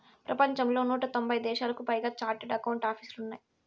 ప్రపంచంలో నూట తొంభై దేశాలకు పైగా చార్టెడ్ అకౌంట్ ఆపీసులు ఉన్నాయి